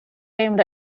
aimed